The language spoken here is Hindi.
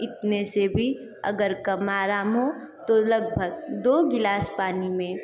इतने से भी अगर कम आराम हो तो लगभग दो गिलास पानी में